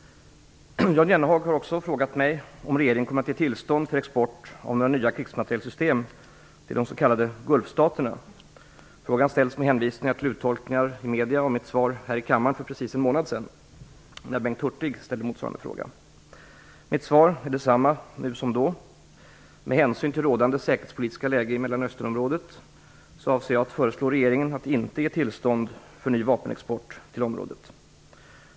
Jan Jennehag har också frågat mig om regeringen kommer att ge tillstånd för export av några nya krigsmaterielsystem till de s.k. Gulfstaterna. Frågan ställs med hänvisning till uttolkningar i media av mitt svar här i kammaren för precis en månad sedan, när Bengt Hurtig ställde motsvarande fråga. Mitt svar är detsamma nu som då: Men hänsyn till rådande säkerhetspolitiska läge i Mellanösternområdet avser jag att föreslå regeringen att inte ge tillstånd för ny vapenexport till området.